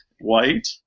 white